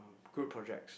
group projects